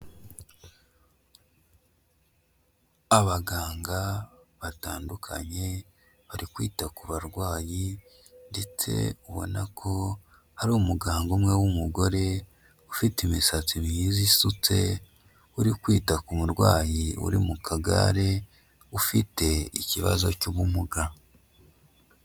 Abaganga batandukanye bari kwita ku barwayi ndetse ubona ko ari umuganga umwe w'umugore ufite imisatsi myiza isutse, uri kwita ku murwayi uri mu kagare ufite ikibazo cy'ubumuga.